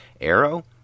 arrow